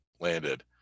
landed